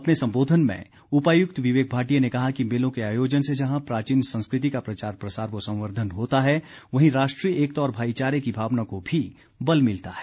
अपने संबोधन में उपायुक्त विवेक भाटिया ने कहा कि मेलों के आयोजन से जहां प्राचीन संस्कृति का प्रचार प्रसार व संवर्धन होता है वहीं राष्ट्रीय एकता और भाईचारे की भावना को भी बल मिलता है